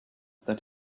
that